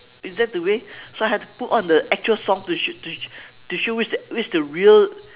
is that the way so I have to put on the actual song to show to show to show which is the which is the real